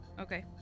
Okay